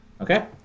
Okay